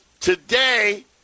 Today